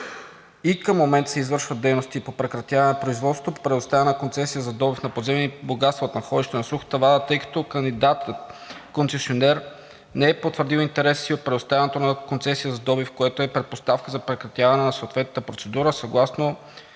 И към момента се извършват дейности по прекратяване производството по предоставена концесия за добив на подземни богатства от находището на „Сухата вада“, тъй като кандидат концесионер не е потвърдил интереса си от предоставянето му на концесия за добив, което е предпоставка за прекратяване на съответната процедура съгласно